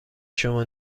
شما